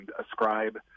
ascribe